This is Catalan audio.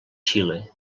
xile